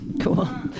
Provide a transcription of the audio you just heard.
Cool